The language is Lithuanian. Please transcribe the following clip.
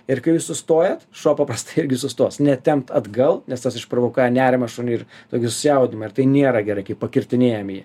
ir kai jūs sustojat šuo paprastai irgi sustos netempt atgal nes tas išprovokuoja nerimą šuniui ir tokį susijaudimą ir tai nėra gerai kai pakirtinėjam jį